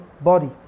body